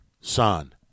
Son